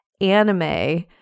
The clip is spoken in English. anime